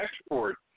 exports